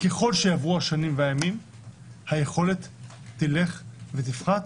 ככל שיעברו השנים והימים היכולת רק תלך ותפחת